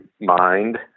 Mind